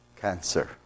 cancer